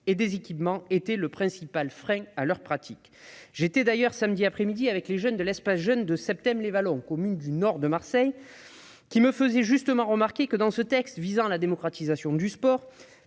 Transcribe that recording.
et des équipements était le principal frein à leur pratique. J'étais d'ailleurs samedi après-midi avec les jeunes de l'Espace Jeunes municipal de Septèmes-les-Vallons, commune située au nord de Marseille, qui me faisaient justement remarquer que, dans un texte visant à la démocratisation du sport,